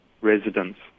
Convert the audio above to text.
residents